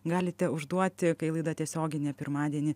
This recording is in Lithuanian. galite užduoti kai laida tiesioginė pirmadienį